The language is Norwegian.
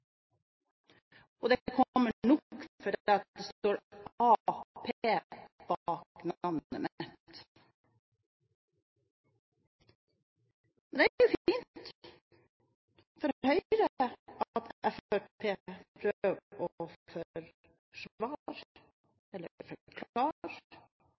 og det kommer nok av at det står Ap bak navnet mitt. Det er jo fint for Høyre at